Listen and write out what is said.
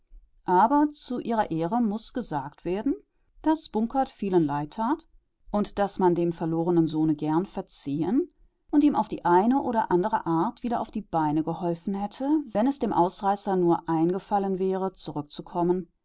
aber zu ihrer ehre muß gesagt werden daß bunkert vielen leid tat und daß man dem verlorenen sohne gern verziehen und ihm auf die eine oder andere art wieder auf die beine geholfen hätte wenn es dem ausreißer nur eingefallen wäre zurückzukommen